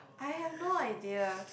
I have no idea